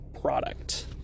product